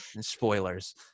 Spoilers